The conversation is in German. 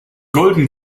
golden